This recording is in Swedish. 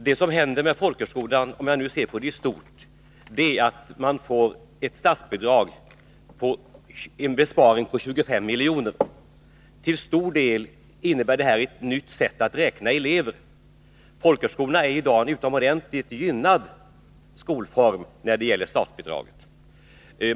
Det som händer med folkhögskolan i stort är att den får vidkännas en besparing på 25 milj.kr. Till stor del innebär detta ett nytt sätt att räkna elever. Folkhögskolorna är i dag en utomordentligt gynnad skolform när det gäller statsbidrag.